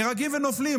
נהרגים ונופלים,